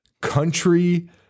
Country